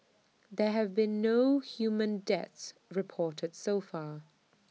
there have been no human deaths reported so far